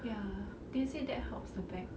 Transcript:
ya they say that helps the back